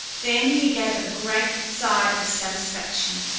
then he gave a great sigh of satisfaction.